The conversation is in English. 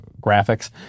graphics